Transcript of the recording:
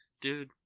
dude